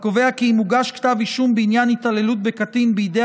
הקובע כי אם הוגש כתב אישום בעניין התעללות בקטין בידי